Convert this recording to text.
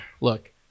look